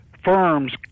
firms